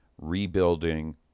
rebuilding